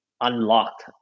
unlocked